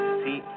see